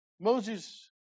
Moses